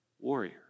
warrior